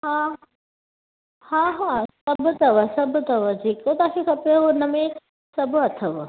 हा हा हा सभु अथव सभु अथव जेको तव्हां खे खपेव उनमें सभु अथव